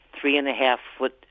three-and-a-half-foot